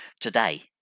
today